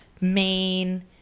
main